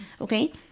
Okay